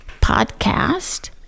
podcast